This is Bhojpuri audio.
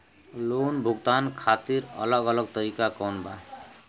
लोन भुगतान खातिर अलग अलग तरीका कौन बा?